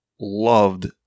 loved